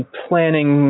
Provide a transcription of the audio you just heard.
planning